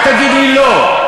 אל תגיד לי לא.